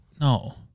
No